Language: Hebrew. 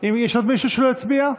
יש עוד מישהו שלא הצביע?